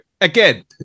again